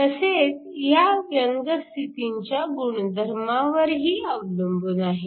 तसेच ह्या व्यंग स्थितींच्या गुणधर्मांवरही अवलंबून आहे